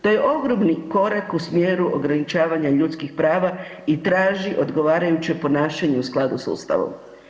To je ogromni korak u smjeru ograničavanja ljudskih prava i traži odgovarajuće ponašanje u skladu sa Ustavom.